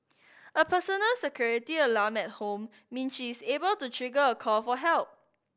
a personal security alarm at home means she is able to trigger a call for help